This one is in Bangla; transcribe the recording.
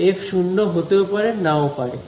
এফ 0 হতেও পারে নাও হতে পারে